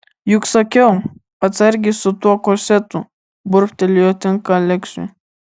juk sakiau atsargiai su tuo korsetu burbtelėjo tinka aleksiui